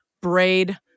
braid